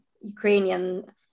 Ukrainian